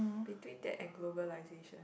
between that and globalization